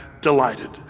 delighted